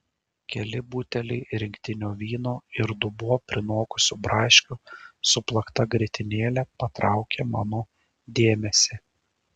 keli buteliai rinktinio vyno ir dubuo prinokusių braškių su plakta grietinėle patraukia mano dėmesį